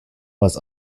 was